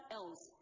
else